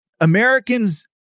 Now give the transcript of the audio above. Americans